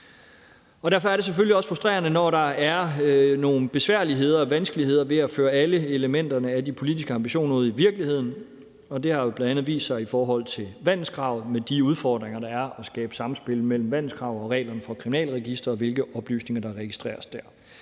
Derfor er det selvfølgelig også frustrerende, når der er nogle besværligheder og vanskeligheder ved at føre alle elementerne af de politiske ambitioner ud i virkeligheden. Det har jo bl.a. vist sig i forhold til vandelskravet med de udfordringer, der er med at skabe samspil mellem vandelskravet og reglerne for Kriminalregisteret, altså hvilke oplysninger der registreres dér.